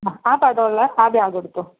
ആ ആ പടം ഉള്ള ആ ബാഗ് എടുത്തോ